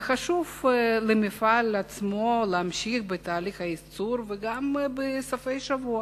וחשוב למפעל עצמו להמשיך בתהליך הייצור וגם בסופי שבוע,